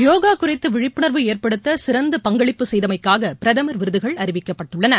யோகா குறித்து விழிப்புணர்வு ஏற்படுத்த சிறந்த பங்களிப்பு செய்தமைக்காக பிரதமர் விருதுகள் அறிவிக்கப்பட்டுள்ளன